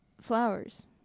flowers